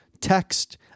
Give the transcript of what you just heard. text